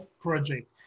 project